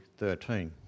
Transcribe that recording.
13